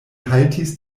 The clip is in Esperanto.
haltis